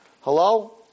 Hello